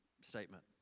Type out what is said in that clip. statement